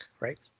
right